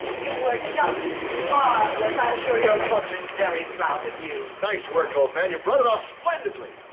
you were just marvelous. i'm sure you ah mother is very proud of you. nice work, old man, you brought it off splendidly.